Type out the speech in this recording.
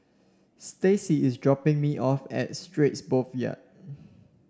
Staci is dropping me off at Straits Boulevard